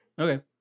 Okay